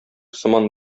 сыман